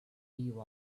you